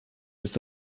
ist